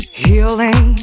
healing